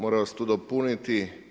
Moram vas tu dopuniti.